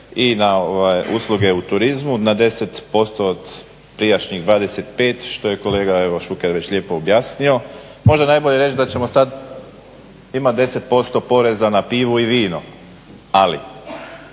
i na usluge u turizmu na 10% od prijašnjih 25, što je kolega evo Šuker već lijepo objasnio. Možda je najbolje reći da ćemo sad imati 10% poreza na pivu i vino, ali